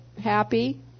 happy